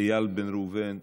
איל בן ראובן,